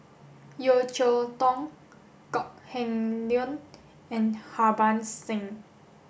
Yeo Cheow Tong Kok Heng Leun and Harbans Singh